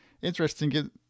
interesting